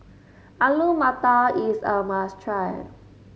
Alu Matar is a must try